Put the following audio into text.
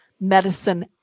medicine